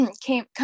came